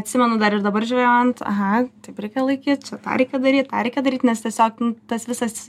atsimenu dar ir dabar žvejojant aha taip reikia laikyt čia tą reikia daryt tą reikia daryt nes tiesiog nu tas visas